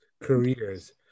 careers